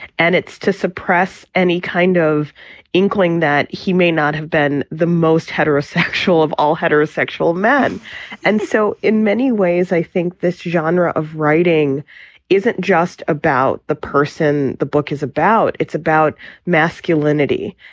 and it's to suppress any kind of inkling that he may not have been the most heterosexual of all heterosexual men and so in many ways, i think this genre of writing isn't just about the person. the book is about. it's about masculinity.